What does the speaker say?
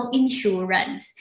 insurance